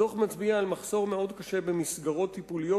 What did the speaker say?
הדוח מצביע על מחסור מאוד קשה במסגרות טיפוליות